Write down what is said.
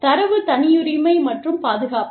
தரவு தனியுரிமை மற்றும் பாதுகாப்பு